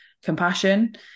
compassion